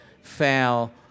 fail